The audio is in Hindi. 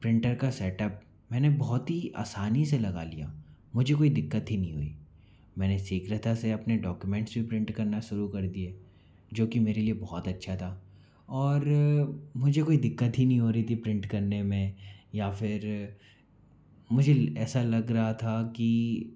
प्रिंटर का सेटअप मैंने बहुत ही आसानी से लगा लिया मुझे कोई दिक्कत ही नहीं हुई मैंने शीघ्रता से अपने डॉक्यूमेंट्स भी प्रिंट करना शुरू कर दिए जो कि मेरे लिए बहुत अच्छा था और मुझे कोई दिक्कत ही नहीं हो रही थी प्रिंट करने में या फिर मुझे ऐसा लग रहा था कि